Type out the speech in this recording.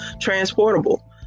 transportable